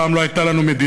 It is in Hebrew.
פעם לא הייתה לנו מדינה,